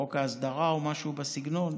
חוק ההסדרה או משהו בסגנון?